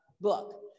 book